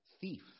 thief